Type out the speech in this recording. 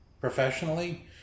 professionally